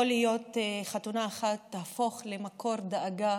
יכול להיות שחתונה אחת תהפוך דווקא למקור דאגה